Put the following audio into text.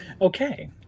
okay